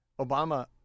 Obama